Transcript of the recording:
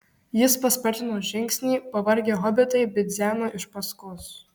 jis paspartino žingsnį pavargę hobitai bidzeno iš paskos